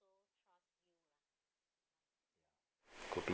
to be